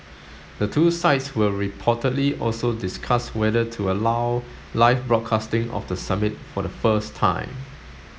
the two sides will reportedly also discuss whether to allow live broadcasting of the summit for the first time